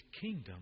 kingdom